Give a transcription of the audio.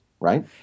right